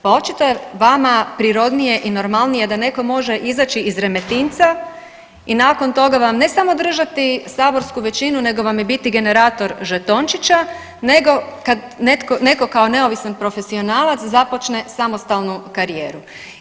Pa očito je vama prirodnije i normalnije da netko može izaći iz Remetinca i nakon toga vam ne samo držati saborsku većinu, nego vam i biti generator žetončića, nego kao netko kao neovisan profesionalac započne samostalnu karijeru.